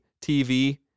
TV